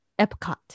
Epcot